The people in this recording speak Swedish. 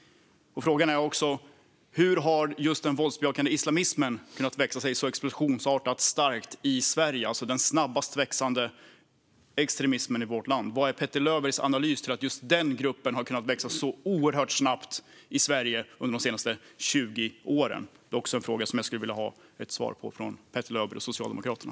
Frågan är också: Hur har den våldsbejakande islamismen kunnat växa sig stark så explosionsartat i Sverige? Det är den snabbast växande extremismen i vårt land. Vilken är Petter Löbergs analys - hur har den gruppen kunnat växa så oerhört snabbt i Sverige under de senaste 20 åren? Det är också en fråga som jag skulle vilja ha svar på från Petter Löberg och Socialdemokraterna.